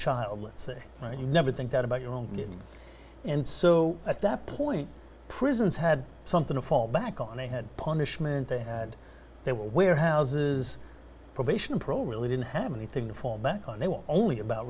child let's say right you never think that about your own good and so at that point prisons had something to fall back on they had punishment they had their warehouses probation parole really didn't have anything to fall back on they were only about